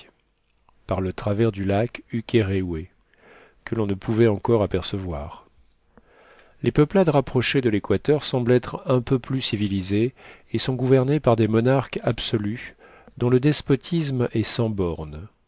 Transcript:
par le travers du lac ukéréoué que l'on ne pouvait encore apercevoir les peuplades rapprochées de l'équateur semblent être un peu plus civilisées et sont gouvernées par des monarques absolus dont le despo tisme est sans bornes